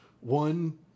One